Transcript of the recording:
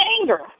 anger